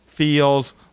feels